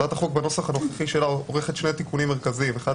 הצעת החוק בנוסחה הנוכחי עורכת שני תיקונים מרכזיים: אחד